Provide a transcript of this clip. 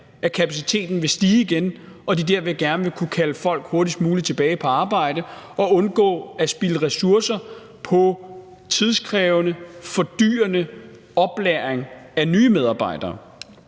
at kapaciteten vil stige igen, og dermed gerne vil kunne kalde folk hurtigst muligt tilbage på arbejde og undgå at spilde ressourcer på tidskrævende og fordyrende oplæring af nye medarbejdere.